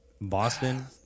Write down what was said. Boston